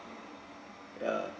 ya